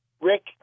Rick